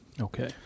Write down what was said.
Okay